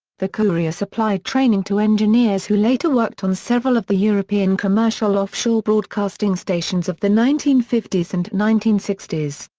the courier supplied training to engineers who later worked on several of the european commercial offshore broadcasting stations of the nineteen fifty s and nineteen sixty s.